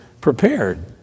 prepared